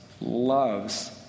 loves